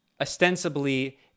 ostensibly